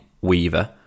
Weaver